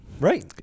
Right